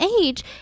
age